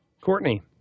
Courtney